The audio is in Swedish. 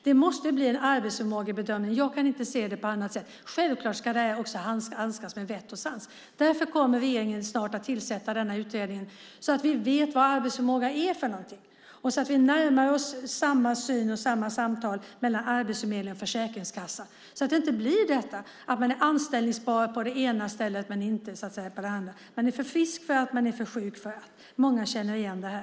Det måste bli en arbetsförmågebedömning. Jag kan inte se det på annat sätt. Självklart ska man också handskas med detta med vett och sans. Därför kommer regeringen snart att tillsätta utredningen så att vi vet vad arbetsförmåga är för någonting och närmar oss samma syn och samma samtal mellan arbetsförmedling och försäkringskassa. Det ska inte bli så att någon är anställningsbar på det ena stället men inte på det andra och för frisk för det ena och för sjuk för det andra. Många känner igen detta.